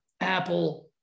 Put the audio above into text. Apple